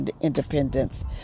independence